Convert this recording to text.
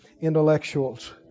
intellectuals